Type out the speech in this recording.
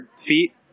feet